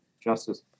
justice